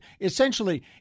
Essentially